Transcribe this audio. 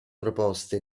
proposte